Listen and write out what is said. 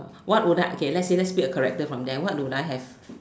what would I okay lets say lets pick a character from them what would I have what would I